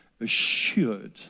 assured